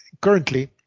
currently